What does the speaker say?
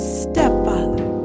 stepfather